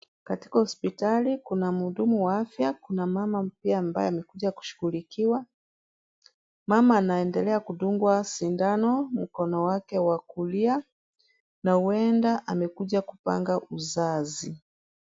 Katika hospitali kuna mhudumu wa afya, kuna mama pia ambaye amekuja kushughulikiwa. Mama anaendelea kudungwa sindano mkono wake wa kulia na huenda amekuja kupanga uzazi.